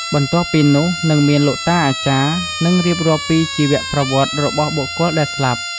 បន្ទាប់់ពីនោះនិងមានលោកតាអាចារ្យនឹងរៀបរាប់ពីជីវប្រវត្តិរបស់បុគ្គលដែលស្លាប់។